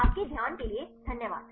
आपके ध्यान के लिए धन्यवाद